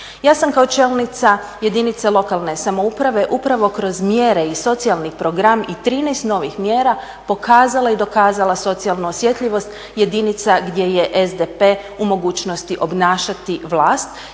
Ja sam kao čelnica jedinice lokalne samouprave upravo kroz mjere i socijalni program i 13 novih mjera pokazala i dokazala socijalnu osjetljivost jedinica gdje je SDP u mogućnosti obnašati vlast.